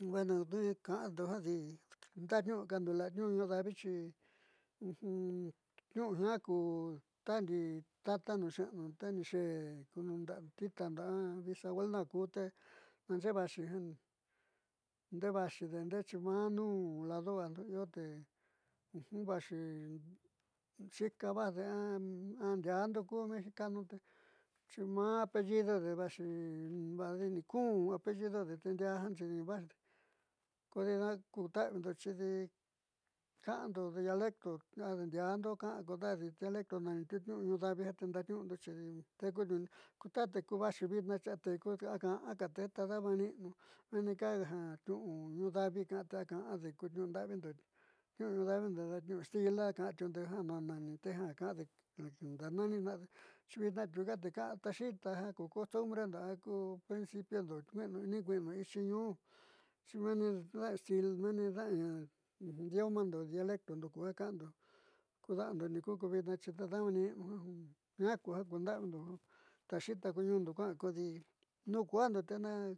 Bueno ka'ando jadi ndaaniu'ukando la'a niu'u davi xi nu'u jiaa kú ta nidi niixeénu nixe'e ku nuunda'a titando biseabuelo aku nixe'e vaxi nde'e vaxide xi nde'e vaxi xi vaanuu lado vajndo iote vaxi xi ka vajde a andiando kuundo mexicano te xi maa apellido de vaxi uni kun apellido de te ndiaá nxiidun vaj kodi nduaa kuta'avindo xidi ka'ando dialecto adiina'undo ka'a kodajdi dialecto nani niu'u nu davi ja tiu ndaaniuundo xidi tekuniuuni ko tate vaxi vitnaa xi a tekude a ka'a kade ta dama ni'inu mee'nika ju niuu ñu daviko a ka'ande kó nuu'u nda'avindo niu'u da'a vindo da niu'u davi da tniu'u stila ka'antiundo ja nanite ja ka'ande daa nonitndade xi vitnaa atiuka te ka'a ta xiita ja ku cost brendo a ku principiando ni kue'eniu ichi nu'un meeni idiomando dialectondo kuja ka'ando ku da'ando niku ko vitnaa tadama ni'inu jiaa ku ja kunda'avindo ta xita ka ñuundo kua'a kodi nuun kujando te na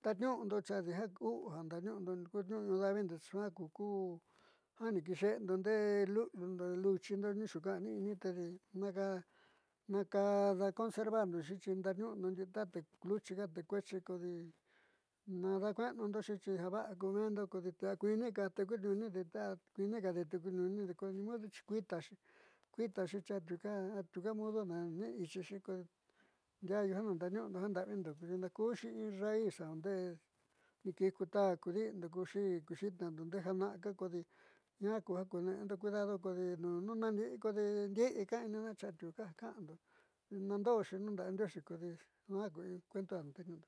ndaaniu'undo xi aidi u'u jan nda'aniu'undo ku niu'u nda'ayindo xi suaa ku kuni kixe'endo nde'e lu'uliu ndee luchindo ni yuuka'ani inni tedi naka conservando xi xindaaniu'undo ndii tate iuchi ja te kueexi kodi nada kue'enundoxi xi java'a k eendo kodi a kuinika te kuniunide kodi nimuda kuiitaxi kuiitaxi xi atiuka atiuka muda ja nanii chixi ko ddiaayu jan ndaaniu'undo janda'avindo kodi nakuxi in raiz junde ni kiij ku ta'ando ku di'indo ku xii ku ti'itna te jana'aka kodi jiaa na kune'endo cuidada kodi naandi'i kodi ndi'i ka'ai'inina xi atuu ka ja ka'ando nandooxi nuunda'a yaandioxi kodi juaa ku in cuento jan ndaaniu'undo.